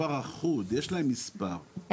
יש להם מספר, זה מספר אחוד, יש להם מספר.